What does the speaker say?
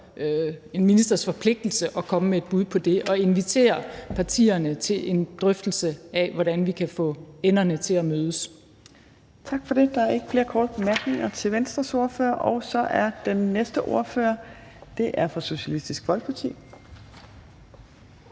en ministers forpligtelse, altså at komme med et bud på det og invitere partierne til en drøftelse af, hvordan vi kan få enderne til at mødes. Kl. 19:46 Fjerde næstformand (Trine Torp): Tak for det. Der er ikke flere korte bemærkninger til Venstres ordfører, og så er den næste ordfører fra Socialistisk Folkeparti.